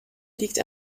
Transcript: liegt